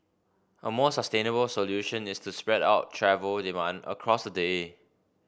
a more sustainable solution is to spread out travel demand across the day